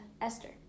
Esther